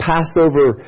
Passover